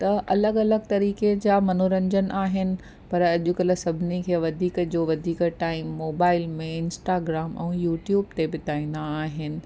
त अलॻि अलॻि तरीक़े जा मनोरंजन आहिनि पर अॼुकल्ह सभिनी खे वधीक जो वधीक टाइम मोबाइल में इंस्टाग्राम ऐं यूट्यूब ते बिताईंदा आहिनि